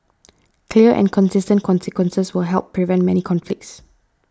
clear and consistent consequences will help prevent many conflicts